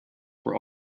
were